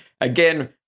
again